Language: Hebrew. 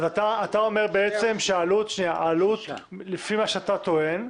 אתה אומר בעצם שהעלות, לפי מה שאתה טוען,